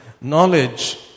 knowledge